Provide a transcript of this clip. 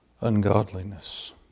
ungodliness